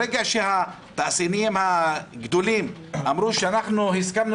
ברגע שהתעשיינים הגדולים אמרו: אנחנו הסכמנו